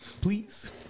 Please